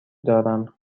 دارم